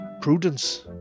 prudence